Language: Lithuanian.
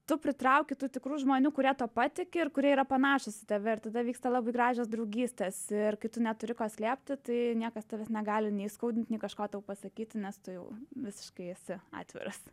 tu pritrauki tų tikrų žmonių kurie tuo patiki ir kurie yra panašūs į tave ir tada vyksta labai gražios draugystės ir kai tu neturi ko slėpti tai niekas tavęs negali nei skaudint nei kažko tau pasakyti nes tu jau visiškai esi atviras